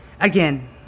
again